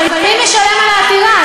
אבל מי משלם על העתירה?